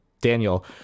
daniel